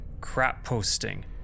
crap-posting